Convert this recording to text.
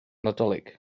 nadolig